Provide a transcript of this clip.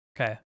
Okay